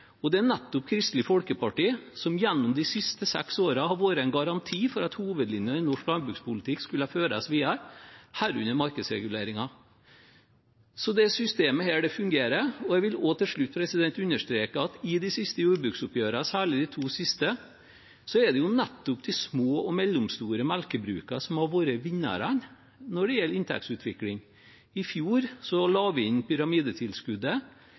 og det er nettopp Kristelig Folkeparti som gjennom de siste seks årene har vært en garanti for at hovedlinjene i norsk landbrukspolitikk skulle føres videre, herunder markedsreguleringen. Dette systemet fungerer. Til slutt vil jeg understreke at det i de siste jordbruksoppgjørene, særlig de to siste, er nettopp de små og mellomstore melkebrukene som har vært vinnerne når det gjelder inntektsutvikling. I fjor la vi inn pyramidetilskuddet,